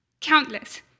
countless